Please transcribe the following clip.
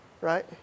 Right